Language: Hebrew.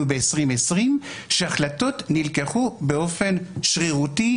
ב-2020 שהחלטות נלקחו באופן שרירותי,